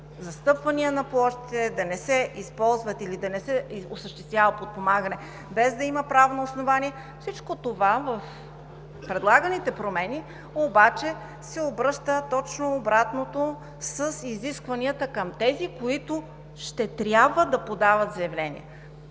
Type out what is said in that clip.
застъпвания на площите, да не се използват или да не се осъществява подпомагане без да има правно основание. Всичко това в предлаганите промени обаче се обръща точно обратно – с изискванията към тези, които ще трябва да подават заявления.